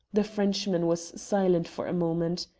the frenchman was silent for a moment.